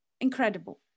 incredible